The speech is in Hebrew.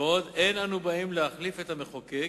ועוד: "אין אנו באים להחליף את המחוקק,